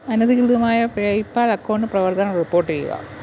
അനധികൃതമായ PayPal account പ്രവർത്തനം report ചെയ്യുക